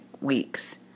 weeks